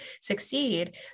succeed